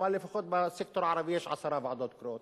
אבל לפחות בסקטור הערבי יש עשר ועדות קרואות,